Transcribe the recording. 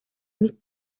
мэт